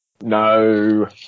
No